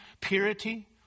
Purity